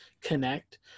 connect